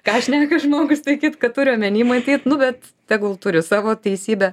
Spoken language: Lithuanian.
ką šneka žmogus tai kitka turi omeny matyt nu bet tegul turi savo teisybę